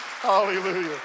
Hallelujah